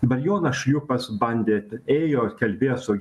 bet jonas šliūpas bandė ėjo ir kalbėjo su